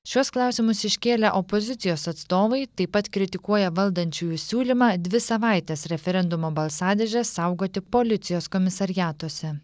šiuos klausimus iškėlė opozicijos atstovai taip pat kritikuoja valdančiųjų siūlymą dvi savaites refendumo balsadėžes saugoti policijos komisariatuose